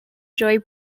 joy